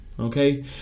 Okay